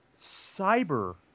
cyber